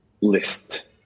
list